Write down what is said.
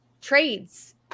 trades